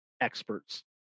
experts